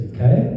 Okay